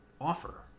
offer